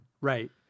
Right